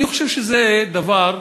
אני חושב שזה דבר מבייש.